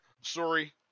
sorry